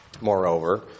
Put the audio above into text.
moreover